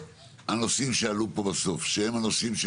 והנושאים שעלו פה בסוף שהם הנושאים של